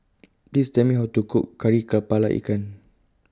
Please Tell Me How to Cook Kari Kepala Ikan